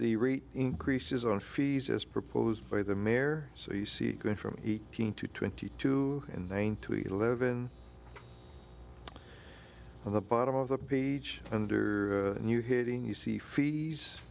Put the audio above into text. the rate increases on fees as proposed by the mayor so you see going from eighteen to twenty two and nine to eleven on the bottom of the page under new hitting you see fees